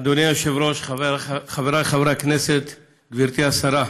אדוני היושב-ראש, חבריי חברי הכנסת, גברתי השרה,